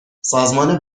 سازمان